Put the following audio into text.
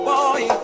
Boy